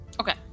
Okay